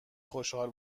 خشحال